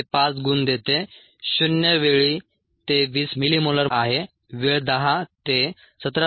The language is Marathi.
हे 5 गुण देते शून्य वेळी ते 20 मिलीमोलार आहे वेळ 10 ते 17